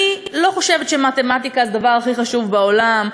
אני לא חושבת שמתמטיקה זה הדבר הכי חשוב בעולם.